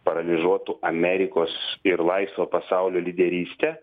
paralyžuotų amerikos ir laisvo pasaulio lyderystę